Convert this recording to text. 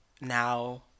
now